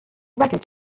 record